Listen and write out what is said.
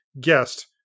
guest